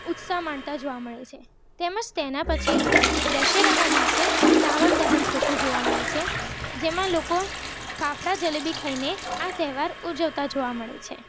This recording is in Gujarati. ઉત્સવ માણતા જોવા મળે છે તેમજ તેના પછી દશેરાના દિવસે રાવણ દહંત હોતું જોવા મળે છે જેમાં લોકો ફાફડા જલેબી ખાઈને આ તહેવાર ઉજવતા જોવા મળે છે